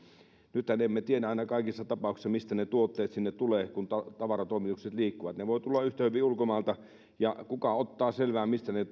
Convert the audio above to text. nythän emme tiedä aina kaikissa tapauksissa mistä ne tuotteet sinne tulevat kun tavaratoimitukset liikkuvat ne voivat tulla yhtä hyvin ulkomailta ja kuka ottaa selvää mistä ne